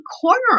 corner